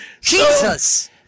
Jesus